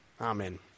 amen